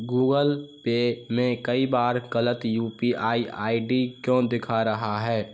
Google Pay में कई बार गलत U P I I D क्यों दिखा रहा है